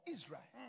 Israel